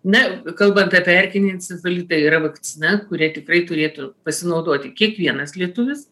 ne kalbant apie erkinį encefalitą yra vakcina kuria tikrai turėtų pasinaudoti kiekvienas lietuvis